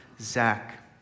Zach